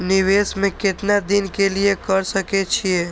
निवेश में केतना दिन के लिए कर सके छीय?